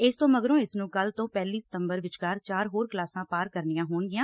ਇਸ ਤੋਂ ਮਗਰੋਂ ਇਸ ਨੁੰ ਕੱਲੂ ਤੋਂ ਪਹਿਲੀ ਸਤੰਬਰ ਵਿਚਕਾਰ ਚਾਰ ਹੋਰ ਕਲਾਸਾਂ ਪਾਰ ਕਰਨੀਆਂ ਹੋਣਗੀਆਂ